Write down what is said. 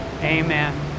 amen